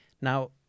Now